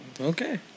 Okay